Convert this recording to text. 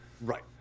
Right